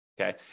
Okay